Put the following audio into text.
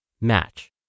Match